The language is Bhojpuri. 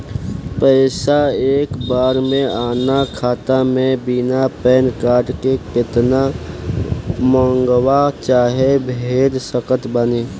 पैसा एक बार मे आना खाता मे बिना पैन कार्ड के केतना मँगवा चाहे भेज सकत बानी?